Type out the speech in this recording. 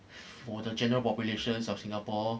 for the general population of singapore